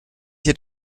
hier